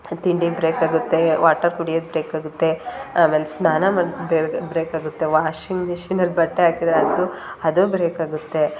ತಿಂಡಿ ಬ್ರೇಕ್ ಆಗುತ್ತೆ ವಾಟರ್ ಕುಡಿಯೋದು ಬ್ರೇಕ್ ಆಗುತ್ತೆ ಆಮೇಲೆ ಸ್ನಾನ ಮಾಡ್ ಬೇಕ್ ಬ್ರೇಕ್ ಆಗುತ್ತೆ ವಾಷಿಂಗ್ ಮೆಷಿನಲ್ಲಿ ಬಟ್ಟೆ ಹಾಕಿದ್ರೆ ಅದು ಅದೂ ಬ್ರೇಕ್ ಆಗುತ್ತೆ